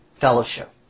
Fellowship